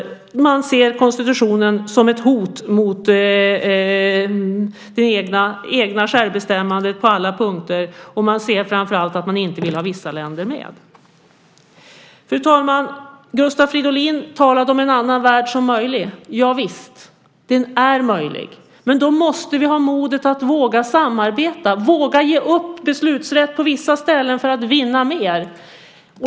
Man ser konstitutionen som ett hot mot det egna självbestämmandet på alla punkter, och man ser framför allt att man inte vill ha vissa länder med. Fru talman! Gustav Fridolin talade om en annan värld som möjlig. Javisst, den är möjlig. Men då måste vi ha modet att våga samarbeta, våga ge upp beslutsrätt på vissa ställen för att vinna mer.